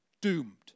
Doomed